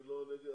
אני לא נגד,